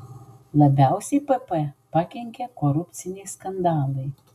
labiausiai pp pakenkė korupciniai skandalai